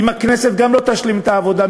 אם הכנסת גם לא תשלים את העבודה,